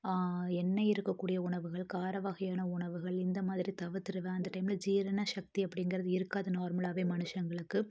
எண்ணெய் இருக்க கூடிய உணவுகள் கார வகையான உணவுகள் இந்தமாதிரி தவிர்த்துடுவேன் அந்த டைமில் ஜீரண சக்தி அப்படிங்கிறது இருக்காது நார்மலாகவே மனுஷங்களுக்கு